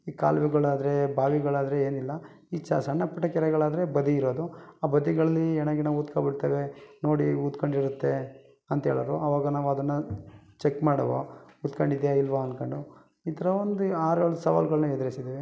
ಈ ಕಾಲುವೆಗಳಾದರೆ ಬಾವಿಗಳಾದರೆ ಏನಿಲ್ಲ ಈ ಚ ಸಣ್ಣ ಪುಟ್ಟ ಕೆರೆಗಳಾದರೆ ಬದಿ ಇರೋದು ಆ ಬದಿಗಳಲ್ಲಿ ಹೆಣ ಗಿಣ ಊದ್ಕೊಂಬಿಡ್ತಾವೆ ನೋಡಿ ಊದ್ಕೊಂಡಿರತ್ತೆ ಅಂತ ಹೇಳೋರು ಅವಾಗ ನಾವು ಅದನ್ನು ಚೆಕ್ ಮಾಡೊವು ಊದ್ಕಂಡು ಇದೆಯಾ ಇಲ್ಲವಾ ಅಂದ್ಕೊಂಡು ಈ ತರ ಒಂದು ಆರು ಏಳು ಸವಾಲುಗಳ್ನ ಎದ್ರಿಸಿದ್ದೀವಿ